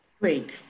Great